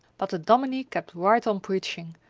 but the dominie kept right on preaching,